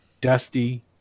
dusty